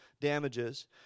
damages